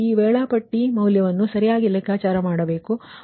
ಈಗ ನೀವು ಆ ವೇಳಾಪಟ್ಟಿ ಮೌಲ್ಯವನ್ನು ಸರಿಯಾಗಿ ಲೆಕ್ಕಾಚಾರ ಮಾಡಬೇಕು